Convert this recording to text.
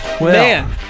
Man